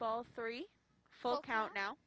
ball three full count now